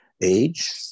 age